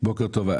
בוקר טוב.